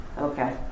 Okay